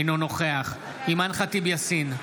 אינו נוכח אימאן ח'טיב יאסין,